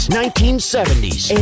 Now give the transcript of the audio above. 1970s